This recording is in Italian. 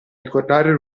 ricordare